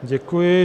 Děkuji.